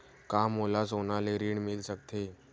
का मोला सोना ले ऋण मिल सकथे?